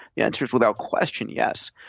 the answer is without question yes.